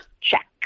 check